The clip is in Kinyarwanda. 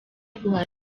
guhaza